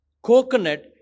Coconut